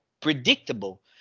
predictable